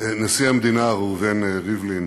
תודה לך, נשיא המדינה ראובן ריבלין,